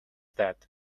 that